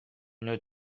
une